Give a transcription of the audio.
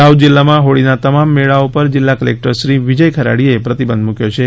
દાહોદ જિલ્લામાં હોળીના તમામ મેળાઓ પર જિલ્લા કલેકટર શ્રી વિજય ખરાડીએ પ્રતિબંધ મુક્યો છે